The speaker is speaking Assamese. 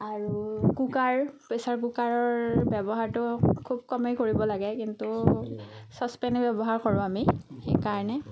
আৰু কুকাৰ প্ৰেচাৰ কুকাৰৰ ব্যৱহাৰটো খুব কমেই কৰিব লাগে কিন্তু চচপেনেই ব্যৱহাৰ কৰোঁ আমি সেইকাৰণে